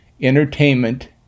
entertainment